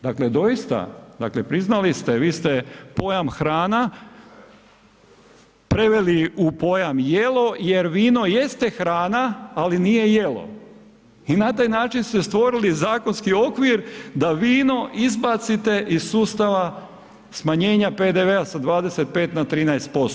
Dakle, doista, priznali ste, vi ste pojam hrana preveli u pojam jelo jer vino jeste hrana, ali nije jelo i na taj način ste stvorili zakonski okvir da vino izbacite iz sustava smanjenja PDV-a s 25 na 13%